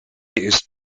ist